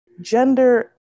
gender